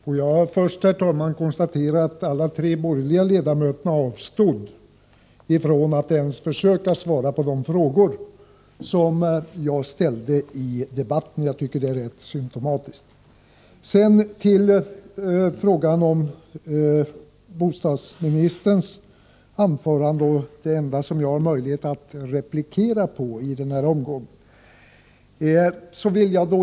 Herr talman! Får jag först konstatera att alla tre borgerliga ledamöter avstod från att ens försöka att svara på de frågor jag ställde i debatten. Jag tycker att det är rätt symtomatiskt. Så till bostadsministerns anförande och de frågor jag har möjlighet att replikera på i den här omgången.